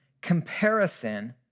comparison